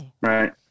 Right